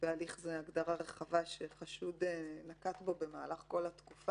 זאת הגדרה רחבה שחשוד נקט במהלך כל התקופה.